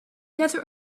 desert